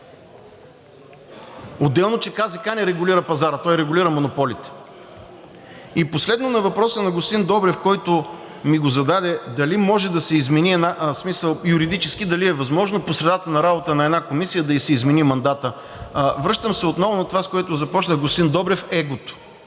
Отделно, че КЗК не регулира пазара, а той регулира монополите. И последно, на въпроса на господин Добрев, който ми зададе: юридически дали е възможно по средата на работа на една комисия да ѝ се измени мандатът? Връщам се отново на това, с което започнах, господин Добрев, егото.